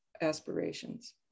aspirations